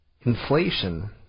inflation